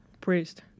priest